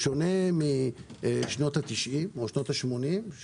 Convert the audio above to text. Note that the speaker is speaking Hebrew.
בשונה משנות ה-90 או שנות ה-80,